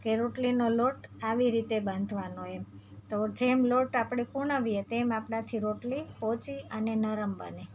કે રોટલીનો લોટ આવી રીતે બાંધવાનો એમ તો જેમ લોટ આપણે પૂણવીએ તેમ આપણાથી રોટલી પોચી અને નરમ બને